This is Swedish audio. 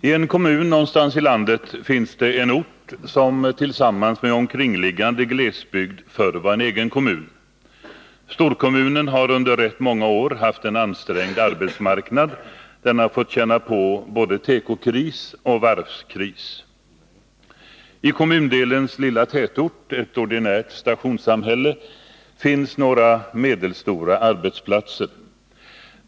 I en kommun någonstans i landet finns en ort som tillsammans med omkringliggande glesbygd förr var en egen kommun. Storkommunen har under rätt många år haft en ansträngd arbetsmarknad. Den har fått känna på både tekokris och varvskris. I kommundelens lilla tätort, ett ordinärt stationssamhälle, finns några medelstora arbetsplatser.